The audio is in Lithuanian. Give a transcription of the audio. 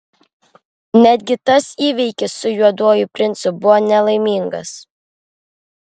netgi tas įvykis su juoduoju princu buvo nelaimingas